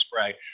spray